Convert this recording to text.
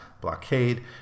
blockade